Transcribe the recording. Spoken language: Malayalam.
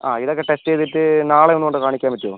അതെ ഇതൊക്കെ ടെസ്റ്റെയ്തിട്ട് നാളെ ഒന്ന് കൊണ്ട് കാണിക്കാൻ പറ്റുവോ